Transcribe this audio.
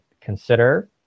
consider